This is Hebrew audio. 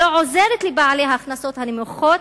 שלא עוזרת לבעלי ההכנסות הנמוכות,